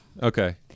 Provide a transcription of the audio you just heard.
Okay